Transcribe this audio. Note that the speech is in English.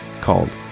called